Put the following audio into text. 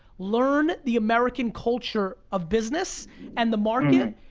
learn the american culture of business and the market,